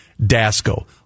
Dasco